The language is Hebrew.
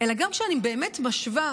כשאני באמת משווה